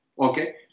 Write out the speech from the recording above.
okay